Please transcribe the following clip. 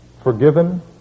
forgiven